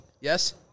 Yes